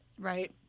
right